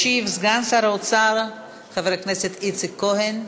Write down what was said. ישיב סגן שר האוצר חבר הכנסת איציק כהן.